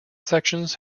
sections